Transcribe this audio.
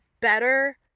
better